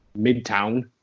Midtown